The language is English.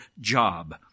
job